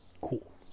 Cool